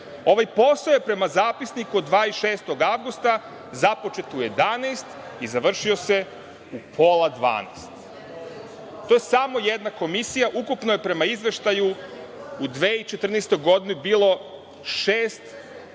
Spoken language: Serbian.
Ovaj posao je prema zapisniku od 26. avgusta, započet u 11,00 i završio se u 11,30. To samo jedna komisija. Ukupno je prema izveštaju u 2014. godini bilo 6,8 hiljada